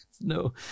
No